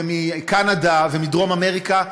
ומקנדה ומדרום אמריקה,